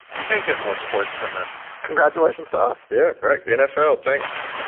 you can't get more sports than this congratulations to us. yeah right. nfl thinks